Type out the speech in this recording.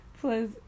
plus